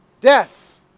death